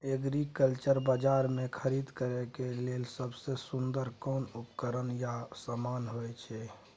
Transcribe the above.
Agriculture बाजार में खरीद करे के लेल सबसे सुन्दर कोन उपकरण या समान होय छै?